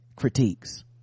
critiques